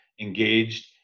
engaged